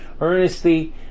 earnestly